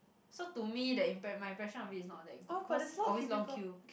so to me that impre~ my impression of it is not that good cause always long queue